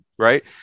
Right